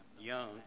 young